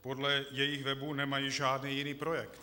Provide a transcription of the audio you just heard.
Podle jejich webu nemají žádný jiný projekt.